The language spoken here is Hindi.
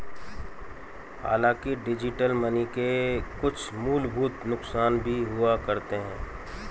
हांलाकि डिजिटल मनी के कुछ मूलभूत नुकसान भी हुआ करते हैं